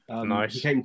Nice